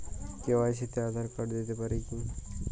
KYC তে Aadhaar card দিতে পারি কি?